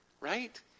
Right